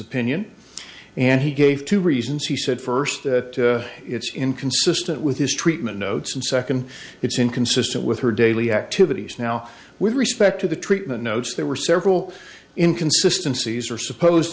opinion and he gave two reasons he said first it's inconsistent with his treatment notes and second it's inconsistent with her daily activities now with respect to the treatment notes there were several inconsistency as are supposed